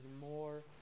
more